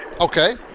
Okay